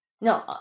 No